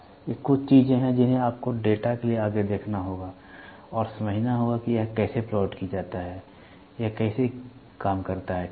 ये कुछ चीजें हैं जिन्हें आपको डेटा के लिए आगे देखना होगा और समझना होगा कि यह कैसे प्लॉट किया जाता है यह कैसे काम करता है ठीक है